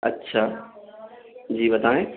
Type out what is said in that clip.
اچھا جی بتائیں